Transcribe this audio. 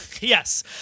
yes